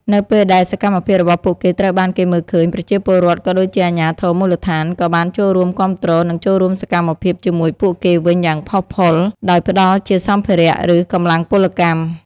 នៅពេលដែលសកម្មភាពរបស់ពួកគេត្រូវបានគេមើលឃើញ ប្រជាពលរដ្ឋ ក៏ដូចជាអាជ្ញាធរមូលដ្ឋាន ក៏បានចូលរួមគាំទ្រ និងចូលរួមសកម្មភាពជាមួយពួកគេវិញយ៉ាងផុសផុល ដោយផ្តល់ជាសម្ភារៈ ឬកម្លាំងពលកម្ម។